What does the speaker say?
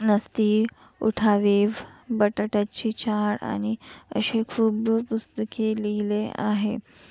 नसती उठाठेव बटाट्याची चाळ आणि अशी खूप पुस्तके लिहिले आहेत